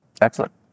Excellent